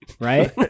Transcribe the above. right